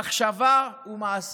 מחשבה ומעשה.